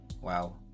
wow